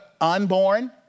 unborn